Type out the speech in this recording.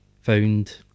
found